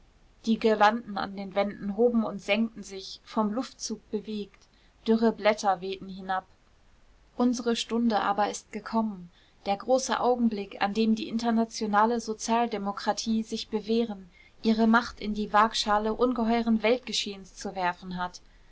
die girlanden an den wänden hoben und senkten sich vom luftzug bewegt dürre blätter wehten hinab unsere stunde aber ist gekommen der große augenblick an dem die internationale sozialdemokratie sich bewähren ihre macht in die wagschale ungeheuren weltgeschehens zu werfen hat